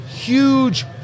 huge